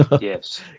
Yes